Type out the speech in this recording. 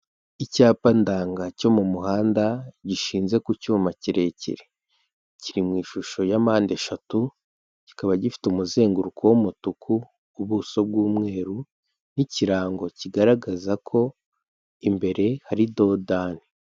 Icyapa ndanga cyo mu muhanda gishinze ku cyuma kirekire. Kiri mu ishusho ya mpandeshatu kikaba gifite umuzenguruko w'umutuku, ubuso bw'umweru, n'ikirango kigaragaza ko imbere hari dodani.